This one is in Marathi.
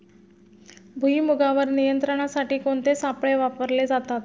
भुईमुगावर नियंत्रणासाठी कोणते सापळे वापरले जातात?